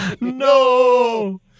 no